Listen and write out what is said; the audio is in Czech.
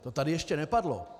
To tady ještě nepadlo.